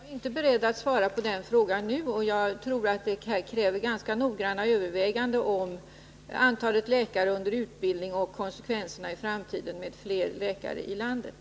Herr talman! Jag är inte beredd att svara på den frågan nu. Jag tror att det krävs ganska noggranna överväganden om hur många läkare som skall utbildas och konsekvenserna i framtiden av fler läkare i landet.